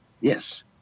Yes